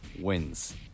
wins